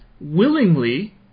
willingly